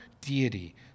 deity